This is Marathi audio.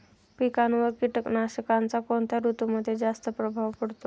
पिकांवर कीटकनाशकांचा कोणत्या ऋतूमध्ये जास्त प्रभाव पडतो?